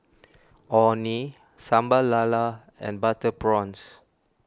Orh Nee Sambal Lala and Butter Prawns